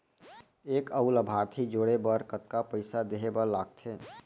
एक अऊ लाभार्थी जोड़े बर कतका पइसा देहे बर लागथे?